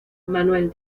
manuel